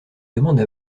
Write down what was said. demande